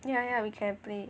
ya ya we can play